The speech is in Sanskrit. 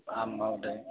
आं महोदय